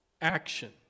action